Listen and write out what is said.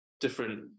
different